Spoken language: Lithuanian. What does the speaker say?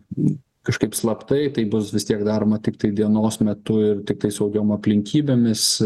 kažkaip slaptai tai bus vis tiek daroma tiktai dienos metu ir tiktai saugiom aplinkybėmis